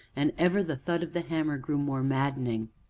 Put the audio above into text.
and ever the thud of the hammer grew more maddening.